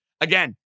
Again